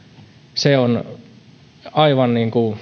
se on aivan